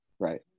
Right